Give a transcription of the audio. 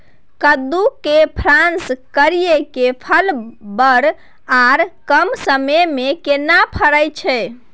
कद्दू के क्रॉस करिये के फल बर आर कम समय में केना फरय छै?